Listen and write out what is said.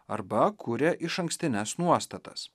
arba kuria išankstines nuostatas